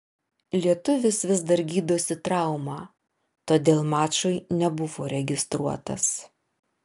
lietuvis vis dar gydosi traumą todėl mačui nebuvo registruotas